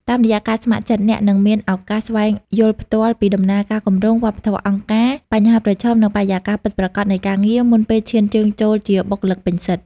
តាមរយៈការស្ម័គ្រចិត្ត អ្នកនឹងមានឱកាស ស្វែងយល់ផ្ទាល់ពីដំណើរការគម្រោង វប្បធម៌អង្គការ បញ្ហាប្រឈម និងបរិយាកាសពិតប្រាកដនៃការងារ មុនពេលឈានជើងចូលជាបុគ្គលិកពេញសិទ្ធិ។